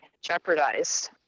jeopardized